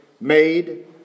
made